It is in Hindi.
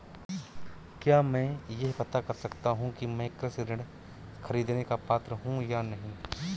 क्या मैं यह पता कर सकता हूँ कि मैं कृषि ऋण ख़रीदने का पात्र हूँ या नहीं?